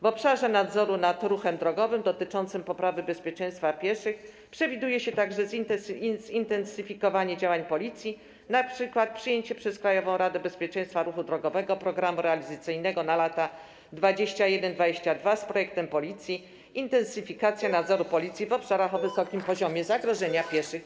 W obszarze nadzoru nad ruchem drogowym dotyczącym poprawy bezpieczeństwa pieszych przewiduje się także zintensyfikowanie działań Policji, np. przyjęcie przez Krajową Radę Bezpieczeństwa Ruchu Drogowego programu realizacyjnego na lata 2021–2022 z projektem Policji: intensyfikacja nadzoru Policji w obszarach o wysokim poziomie zagrożenia pieszych.